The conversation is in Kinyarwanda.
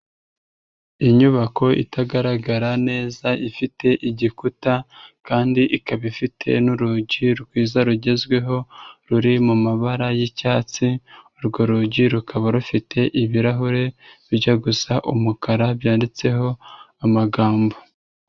Inyubako itagaragara neza ifite igikuta kandi ikaba ifite n'urugi rwiza rugezweho ruri mumabara yicyatsi, urwo rugi rukaba rufite ibirahure bijya gusa umukara byanditseho amagambo.